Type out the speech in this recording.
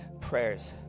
prayers